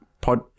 pod